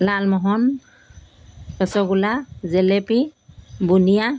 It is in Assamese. লালমোহন ৰসগোল্লা জেলেপি বুনিয়া